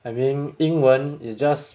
I mean 英文 is just